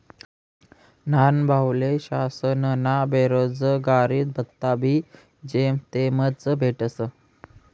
न्हानभाऊले शासनना बेरोजगारी भत्ताबी जेमतेमच भेटस